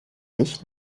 sich